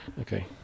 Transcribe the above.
Okay